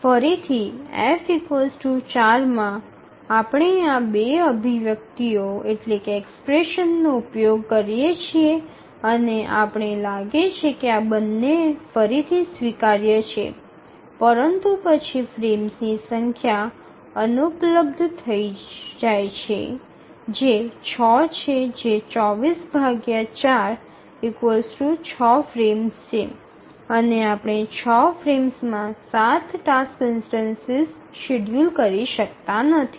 ફરીથી F ૪ માં આપણે આ 2 અભિવ્યક્તિઓ નો ઉપયોગ કરીએ છીએ અને આપણે લાગે છે કે આ બંને ફરીથી સ્વીકાર્ય થઈ જાય છે પરંતુ પછી ફ્રેમ્સની સંખ્યા અનુપલબ્ધ થઈ જાય છે જે ૬ છે જે ૨૪૪ ૬ ફ્રેમ્સ છે અને આપણે ૬ ફ્રેમમાં ૭ ટાસ્ક ઇન્સ્ટનસિસ શેડ્યૂલ કરી શકતા નથી